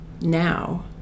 now